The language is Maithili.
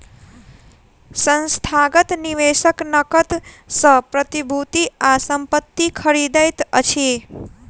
संस्थागत निवेशक नकद सॅ प्रतिभूति आ संपत्ति खरीदैत अछि